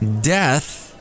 death